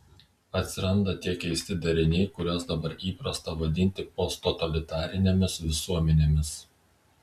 atsiranda tie keisti dariniai kuriuos dabar įprasta vadinti posttotalitarinėmis visuomenėmis